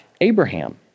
Abraham